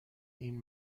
این